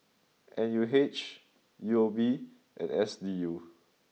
N U H U O B and S D U